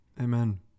Amen